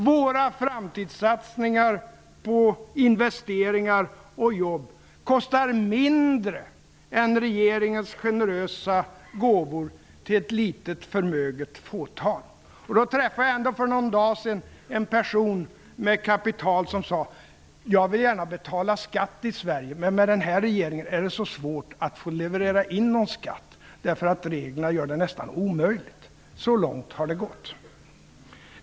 Våra framtidssatsningar på investeringar och jobb kostar mindre än regeringens generösa gåvor till ett litet förmöget fåtal. För någon dag sedan träffade jag en person som har kapital. Han sade: Jag vill gärna betala skatt i Sverige, men med den nuvarande regeringen är det så svårt att få leverera in någon skatt. Reglerna gör det nästan omöjligt. Så långt har det alltså gått!